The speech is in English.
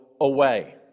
away